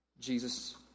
Jesus